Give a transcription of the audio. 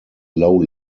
low